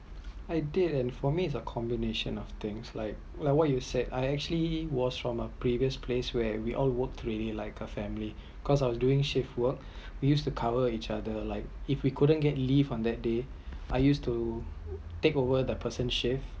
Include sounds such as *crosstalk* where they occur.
I did and for me is a combination of things like like what you said I actually was from a previous place where we all work really like a family *breath* because of doing shift work *breath* use to cover each other like if we couldn’t get leave on that day *breath* I use to take over the person shift